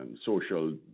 social